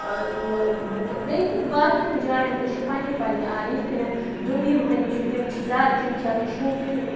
بیٚیہِ باقیَن جایِن تہِ چھُ پَننہِ پَننہِ آیہِ یِتھ کٔنتھ دُبیہِ ہٕنٛد چھِ تِم چھِ زیادٕ تِم چھِ آسان شوقین